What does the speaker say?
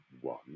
one